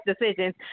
decisions